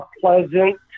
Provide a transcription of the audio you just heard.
pleasant